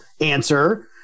answer